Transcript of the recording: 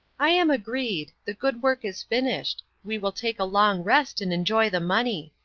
i am agreed. the good work is finished we will take a long rest and enjoy the money.